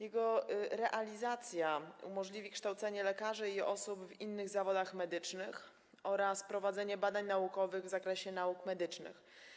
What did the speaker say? Jego realizacja umożliwi kształcenie lekarzy i osób w innych zawodach medycznych oraz prowadzenie badań naukowych w zakresie nauk medycznych.